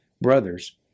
brothers